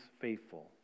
faithful